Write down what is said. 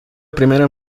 primera